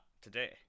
today